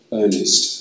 earnest